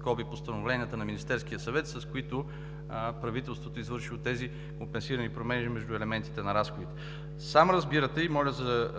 – постановленията на Министерския съвет, с които правителството е извършило тези компенсирани промени между елементите на разходите. Сам разбирате, и моля за